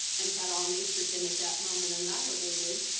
and had all nature been at that moment annihilated,